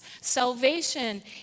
Salvation